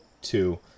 two